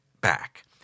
back